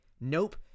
Nope